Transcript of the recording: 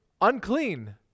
unclean